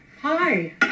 Hi